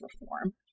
reform